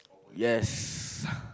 yes